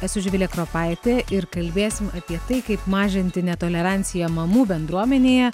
esu živilė kropaitė ir kalbėsim apie tai kaip mažinti netolerancija mamų bendruomenėje